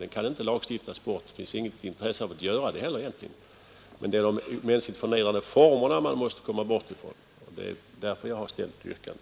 Den kan inte lagstiftas bort, och det finns inte heller något intresse av att göra det. Det är de mänskligt förnedrande formerna man måste komma bort ifrån, och det är därför jag har ställt mitt yrkande.